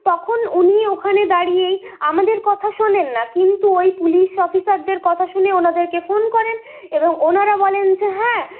তখন উনি ওখানে দাঁড়িয়েই আমাদের কথা শোনেন না কিন্তু ওই পুলিশ অফিসারদের কথা শুনে ওনাদেরকে ফোন করেন এবং ওনারা বলেন যে হ্যাঁ